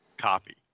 copy